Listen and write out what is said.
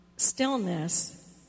stillness